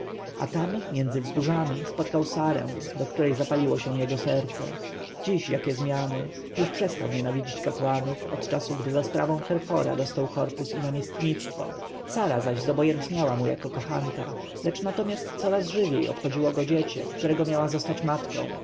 a tam między wzgórzami spotkał sarę do której zapaliło się jego serce dziś jakie zmiany już przestał nienawidzieć kapłanów od czasu gdy za sprawą herhora dostał korpus i namiestnikostwo sara zaś zobojętniała mu jako kochanka lecz natomiast coraz żywiej obchodziło go dziecię którego miała zostać matką